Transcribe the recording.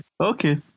Okay